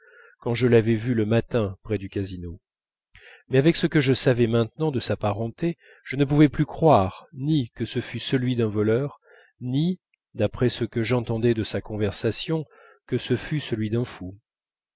quand je l'avais vu le matin près du casino mais avec ce que je savais maintenant de sa parenté je ne pouvais plus croire ni que ce fût celui d'un voleur ni d'après ce que j'entendais de sa conversation que ce fût celui d'un fou